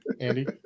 andy